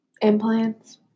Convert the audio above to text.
implants